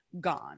gone